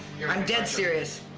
i'm dead serious.